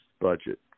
budget